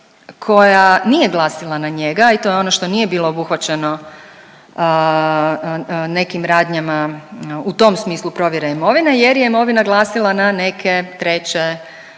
koja nije glasila na njega i to je ono što nije bilo obuhvaćeno nekim radnjama u tom smislu provjere imovine, jer je imovina glasila na neke treće